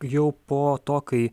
jau po to kai